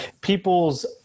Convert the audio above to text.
People's